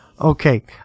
Okay